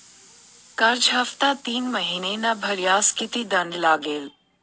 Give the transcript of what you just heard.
कर्ज हफ्ता तीन महिने न भरल्यास किती दंड लागेल?